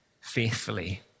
faithfully